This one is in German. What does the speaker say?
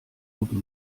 guten